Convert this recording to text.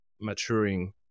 maturing